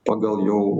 pagal jau